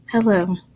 Hello